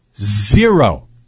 Zero